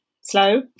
slow